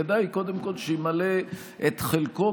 כדאי קודם כול שימלא את חלקו,